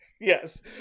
Yes